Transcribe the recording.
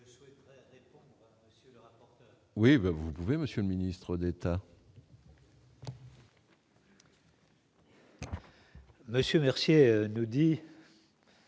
mais vous pouvez, Monsieur le ministre d'État. Monsieur Mercier le dit.